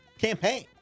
campaign